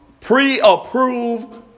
pre-approved